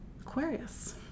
Aquarius